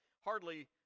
hardly